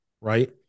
Right